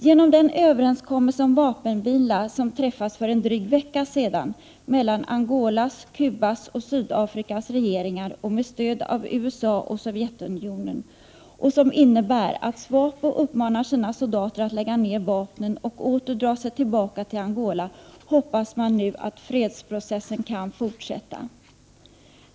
Genom den överenskommelse om vapenvila som träffats för drygt en vecka sedan mellan Angolas, Cubas och Sydafrikas regeringar och med stöd av USA och Sovjetunionen, vilken innebär att SWAPO uppmanar sina soldater att lägga ned vapnen och åter dra sig tillbaka till Angola, hoppas man nu att fredsprocessen kan fortsätta.